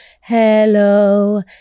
hello